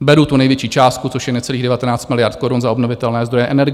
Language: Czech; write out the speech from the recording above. Beru tu největší částku, což je necelých 19 miliard korun za obnovitelné zdroje energie.